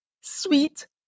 sweet